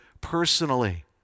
personally